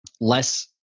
less